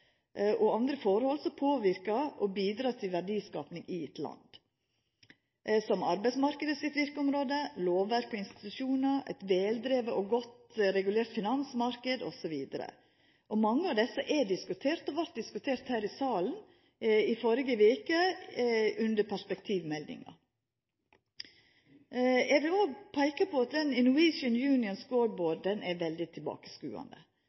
og andre forhold som påverkar og bidreg til verdiskaping i eit land, slik som arbeidsmarknaden sitt verkeområde, lovverk og institusjonar, ein veldriven og godt regulert finansmarknad osv. Mange av desse er diskuterte; det vart diskutert her i salen i førre veke, under perspektivmeldinga. Eg vil òg peika på at